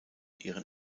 ihren